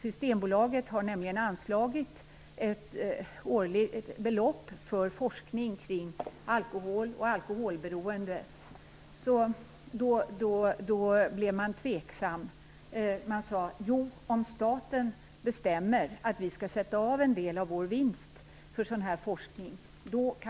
Systembolaget har nämligen anslagit ett belopp för forskning kring alkohol och alkoholberoende. De sade att man skulle kunna tänka sig det om staten bestämmer att de skall sätta av en del av sin vinst för sådan forskning.